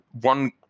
one